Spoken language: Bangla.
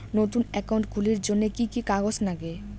নতুন একাউন্ট খুলির জন্যে কি কি কাগজ নাগে?